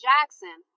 Jackson